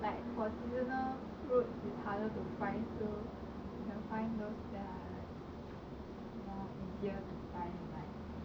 like for seasonal fruits is harder to find so you'll find those that are like more easier to find like